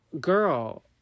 Girl